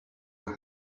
your